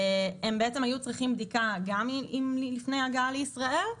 הם בעצם היו צריכים בדיקה גם לפני הגעה לישראל.